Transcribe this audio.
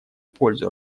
пользу